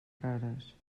cares